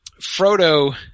Frodo